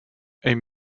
een